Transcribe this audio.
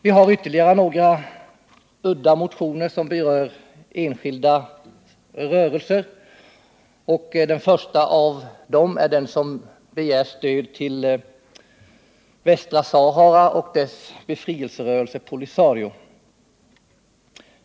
Vi har ytterligare några udda motioner som berör enskilda rörelser, och den första av dem är den som begär stöd till Västra Sahara och dess befrielserörelse Polisario.